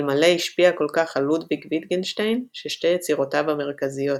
אלמלא השפיע כל כך על לודוויג ויטגנשטיין – ששתי יצירותיו המרכזיות,